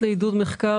מחקר,